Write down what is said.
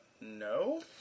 No